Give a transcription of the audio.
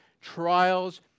trials